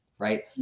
Right